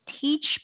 teach